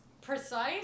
precise